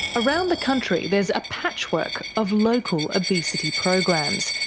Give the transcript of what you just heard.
around the country there's a patchwork of local obesity programs,